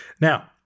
Now